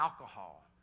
alcohol